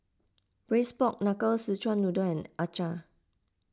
Braised Pork Knuckle Szechuan Noodle and